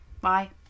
Bye